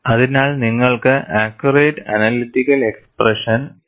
അതിനാൽ നിങ്ങൾക്ക് accurate analytical expression ആവശ്യമാണ്